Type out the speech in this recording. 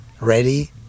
ready